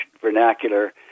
vernacular